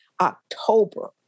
October